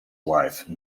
wife